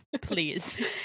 please